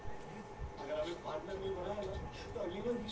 सरकारी बीमा छोटकन किसान क हो जाई?